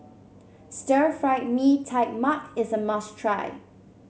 Stir Fried Mee Tai Mak is a must try